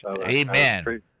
Amen